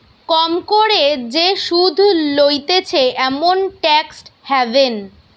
কম করে যে সুধ লইতেছে এমন ট্যাক্স হ্যাভেন